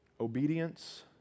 Obedience